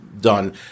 done